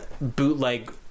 bootleg